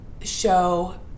show